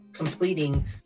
completing